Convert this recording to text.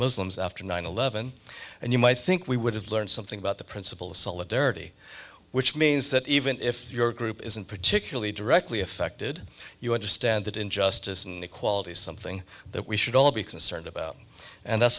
muslims after nine eleven and you might think we would have learned something about the principle of solidarity which means that even if your group isn't particularly directly affected you understand that in justice and equality is something that we should all be concerned about and that's